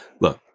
Look